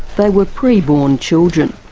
they were pre-born children.